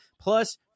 plus